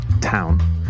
TOWN